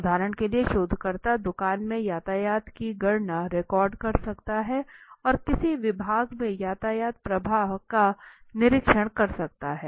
उदाहरण के लिए शोधकर्ता दुकान में यातायात की गणना रिकॉर्ड कर सकता है और किसी विभाग में यातायात प्रवाह का निरीक्षण कर सकता है